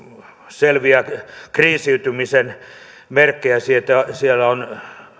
selviä kriisiytymisen merkkejä siellä on